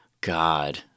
God